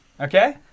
Okay